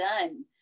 done